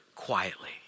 quietly